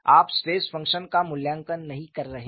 आप stress function का मूल्यांकन नहीं कर रहे हैं